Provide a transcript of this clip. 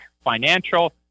financial